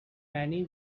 many